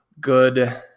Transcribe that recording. good